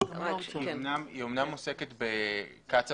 היא אמנם עוסקת בקצ"א